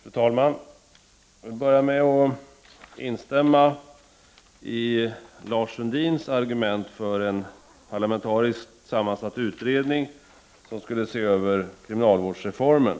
Fru talman! Jag vill börja med att instämma i Lars Sundins argument för en parlamentariskt sammansatt utredning, som skulle se över kriminalvårdsreformen.